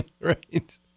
Right